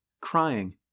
crying